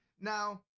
Now